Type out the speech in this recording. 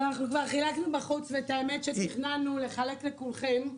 כבר חילקנו בחוץ, ואת האמת שתכננו לחלק לכולכם.